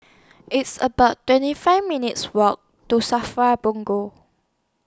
It's about twenty five minutes' Walk to SAFRA Punggol